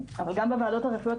אבל גם בוועדות הרפואיות,